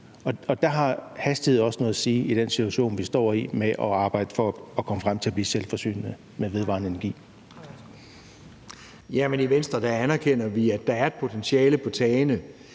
og der har hastigheden også noget at sige i den situation, vi står i, med at arbejde for at komme frem til at blive selvforsynende med vedvarende energi. Kl. 11:38 Anden næstformand (Pia Kjærsgaard):